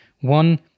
One